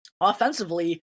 offensively